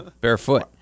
barefoot